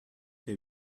que